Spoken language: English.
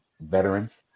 veterans